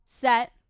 Set